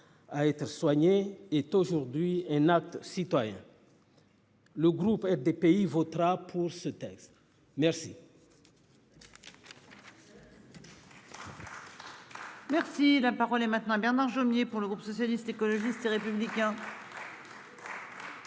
Et la parole est maintenant Rémi Cardon. Pour le groupe socialiste, écologiste et républicain.